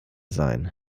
sein